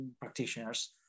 practitioners